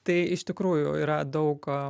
tai iš tikrųjų yra daug